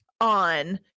on